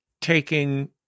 taking